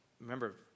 remember